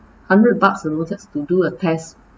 hundred bucks and we'll just to do a test